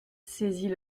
saisit